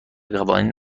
قوانین